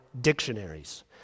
dictionaries